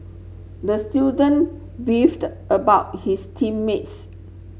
the student beefed about his team mates